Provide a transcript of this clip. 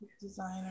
designer